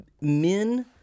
men